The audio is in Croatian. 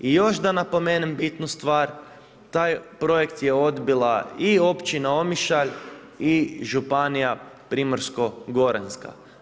I još da napomenem bitnu stvar, taj projekt je odbila i Općina Omišalj i županija Primorsko-goranska.